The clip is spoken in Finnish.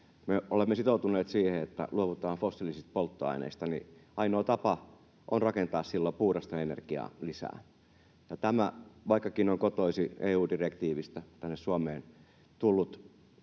olemme sitoutuneet siihen, että luovutaan fossiilisista polttoaineista, niin ainoa tapa on rakentaa silloin puhdasta energiaa lisää. Tämä, vaikkakin on kotoisin EU-direktiivistä tänne Suomeen tullut